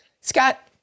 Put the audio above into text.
Scott